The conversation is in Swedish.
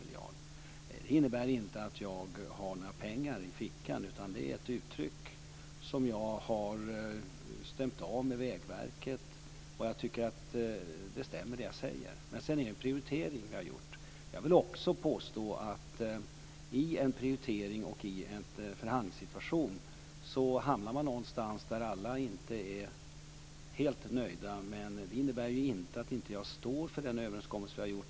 Det innebär inte att jag har några pengar i fickan, utan det är ett uttryck som jag har stämt av med Vägverket. Jag tycker att det jag säger stämmer. Sedan är det en prioritering som vi har gjort. Jag vill också påstå att i en prioritering och i en förhandlingssituation hamnar man någonstans där alla inte är helt nöjda. Men det innebär inte att jag inte står för den överenskommelse vi har gjort.